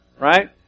right